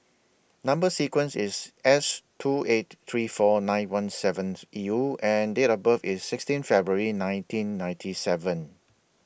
Number sequence IS S two eight three four nine one seventh U and Date of birth IS sixteen February in nineteen ninety seven